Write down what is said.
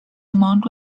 amount